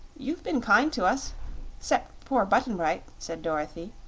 you've been kind to us cept poor button-bright, said dorothy,